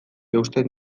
eusten